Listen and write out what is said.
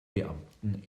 beamten